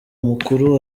mukuru